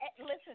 listen